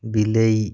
ବିଲେଇ